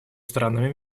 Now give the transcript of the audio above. странами